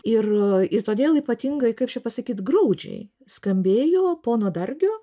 ir ir todėl ypatingai kaip čia pasakyt graudžiai skambėjo pono dargio